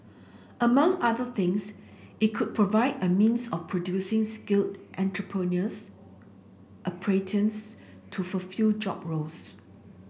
among other things it could provide a means of producing skilled to fulfil job roles